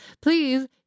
please